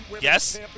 Yes